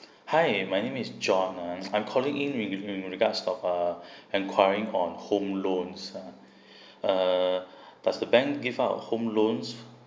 hi my name is john uh I'm calling in with in regards of uh enquiring on home loans uh err does the bank give out home loans